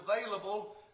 available